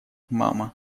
мама